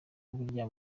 burya